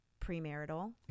premarital